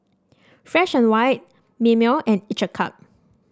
Fresh And White Mimeo and each a cup